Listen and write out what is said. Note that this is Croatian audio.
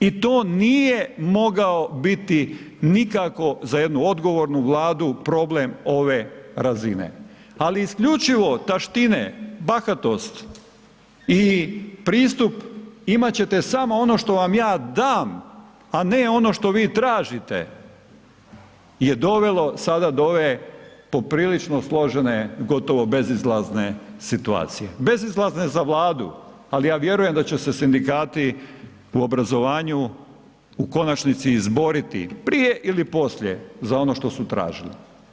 I to nije mogao biti nikako za jednu odgovornu Vladu problem ove razine, ali isključivo taštine, bahatost i pristup imat ćete samo ono što vam ja dam, a ne ono što vi tražite je dovelo sada do ove poprilično složene gotovo bezizlazne situacije, bezizlazne za Vladu, ali ja vjerujem da će se sindikati u obrazovanju u konačnici izboriti, prije ili poslije za ono što su tražili.